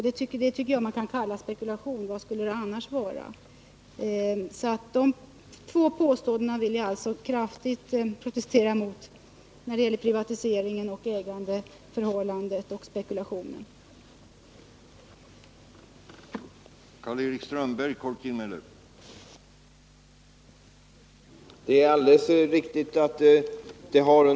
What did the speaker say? Det tycker jag att man kan kalla spekulation — vad skulle det annars vara? Jag vill alltså kraftigt protestera mot de två påståenden som här gjorts beträffande privatiseringen och beträffande ägandeförhållandena och spekulationsverksamheten.